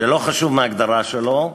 ולא חשוב מה ההגדרה שלו,